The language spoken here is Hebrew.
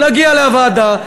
נגיע לוועדה,